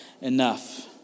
enough